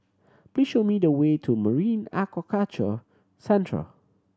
please show me the way to Marine Aquaculture Centre